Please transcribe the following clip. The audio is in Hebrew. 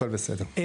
הכל בסדר.